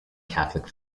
catholic